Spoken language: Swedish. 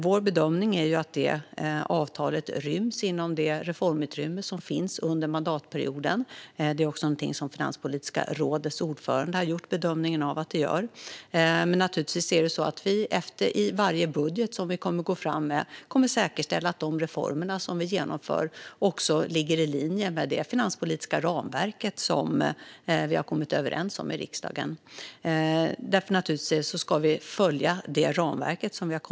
Vår bedömning är att avtalet ryms under det reformutrymme som finns under mandatperioden. Det är också Finanspolitiska rådets ordförandes bedömning att det gör det. Men i varje budget som vi går fram med kommer vi naturligtvis att säkerställa att de reformer som vi genomför också ligger i linje med det finanspolitiska ramverk som vi har kommit överens om i riksdagen. Naturligtvis ska vi följa ramverket.